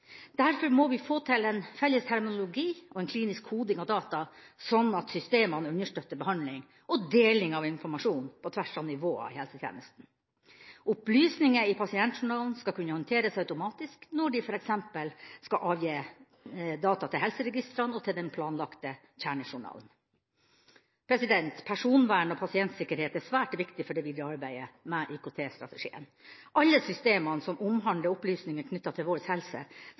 Derfor må vi få til en felles terminologi og en klinisk koding av data, slik at systemene understøtter behandling og deling av informasjon på tvers av nivåer i helsetjenesten. Opplysninger i pasientjournalen skal kunne håndteres automatisk når det f.eks. skal avgis data til helseregistrene og til den planlagte kjernejournalen. Personvern og pasientsikkerhet er svært viktig for det videre arbeidet med IKT-strategien. Alle systemer som omhandler opplysninger knyttet til vår helse,